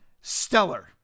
stellar